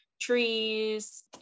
trees